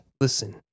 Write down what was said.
listen